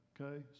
okay